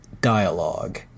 dialogue